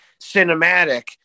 cinematic